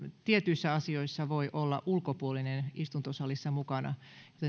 tietyissä asioissa voi olla ulkopuolinen istuntosalissa mukana